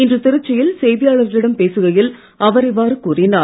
இன்று திருச்சி யில் செய்தியாளர்களிடம் பேசுகையில் அவர் இவ்வாறு கூறினார்